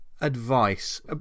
advice